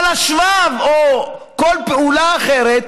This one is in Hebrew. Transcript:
אבל השבב, או כל פעולה אחרת